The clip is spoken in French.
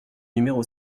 numéro